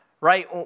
Right